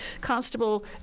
Constable